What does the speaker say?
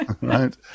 right